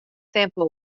tempo